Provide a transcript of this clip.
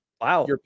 Wow